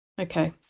Okay